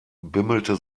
bimmelte